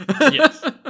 yes